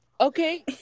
Okay